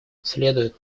следует